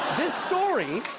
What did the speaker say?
this story.